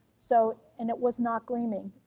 so, and it was not gleaming,